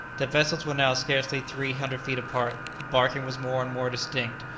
the vessels were now scarcely three hundred feet apart the barking was more and more distinct,